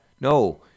No